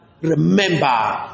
remember